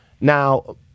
Now